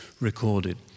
recorded